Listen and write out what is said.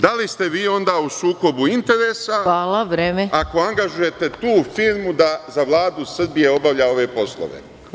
Da li ste vi u sukobu interesa ako angažujete tu firmu da za Vladu Srbije obavlja ove poslove?